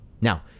Now